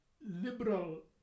liberal